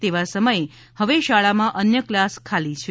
તેવા સમયે હવે શાળામાં અન્ય કલાસ ખાલી છે